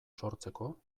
sortzeko